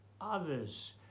others